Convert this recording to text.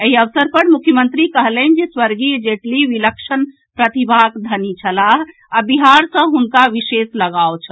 एहि अवसर पर मुख्यमंत्री कहलनि जे स्वर्गीय जेटली विलक्षण प्रतिभाक धनी छलाह आ बिहार सँ हुनका विशेष लगाव छल